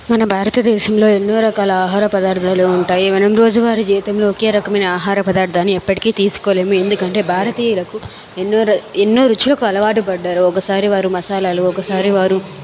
మన భారత దేశంలో ఎన్నో రకాల ఆహార పదార్థాలు ఉంటాయి మనం రోజువారి జీవితంలో ఒకే రకమైన ఆహార పదార్థాన్ని ఎప్పటికీ తీసుకోలేము ఎందుకంటే భారతీయులకు ఎన్నో ఎన్నో రుచులకు అలవాటు పడ్డారు ఒకసారి వారు మసాలాలు ఒకసారి వారు